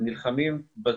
ותאמין לי,